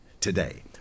Today